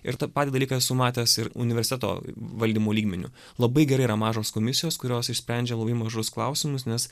ir tą patį dalyką esu matęs ir universiteto valdymo lygmeniu labai gerai yra mažos komisijos kurios išsprendžia labai mažus klausimus nes